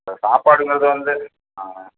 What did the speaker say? இப்போ சாப்பாடுங்கிறது வந்து ஆ